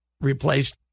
replaced